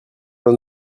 dans